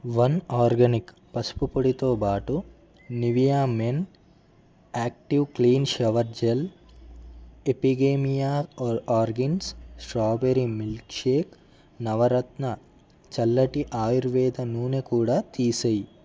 one organic పసుపు పొడితో బాటు Nivea men active clean shower gel Epigamia origins strawberry milk shake Navratna చల్లటి ఆయుర్వేద నూనె కూడా తీసేయి